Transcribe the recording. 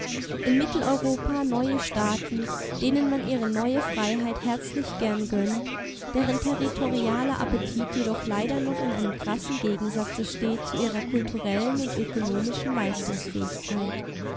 in mitteleuropa neue staaten denen man ihre neue freiheit herzlich gern gönnt deren territorialer appetit jedoch leider noch in einem krassen gegensatze steht zu ihrer kulturellen und ökonomischen leistungsfähigkeit